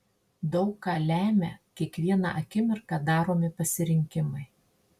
daug ką lemią kiekvieną akimirką daromi pasirinkimai